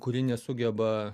kuri nesugeba